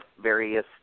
various